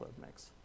mix